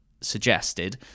suggested